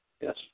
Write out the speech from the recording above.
Yes